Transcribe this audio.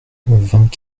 vingt